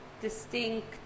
distinct